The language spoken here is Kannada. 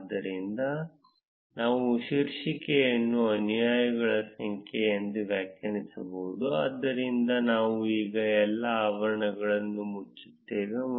ಆದ್ದರಿಂದ ನಾವು ಶೀರ್ಷಿಕೆಯನ್ನು ಅನುಯಾಯಿಗಳ ಸಂಖ್ಯೆ ಎಂದು ವ್ಯಾಖ್ಯಾನಿಸಬಹುದು ಆದ್ದರಿಂದ ನಾವು ಈಗ ಎಲ್ಲಾ ಅವರಣಗಳನ್ನು ಮುಚ್ಚುತ್ತೇವೆ